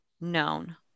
known